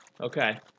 Okay